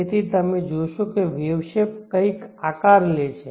તેથી તમે જોશો કે વેવ શેપ કંઈક આકાર લે છે